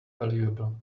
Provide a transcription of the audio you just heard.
valuable